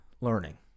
learning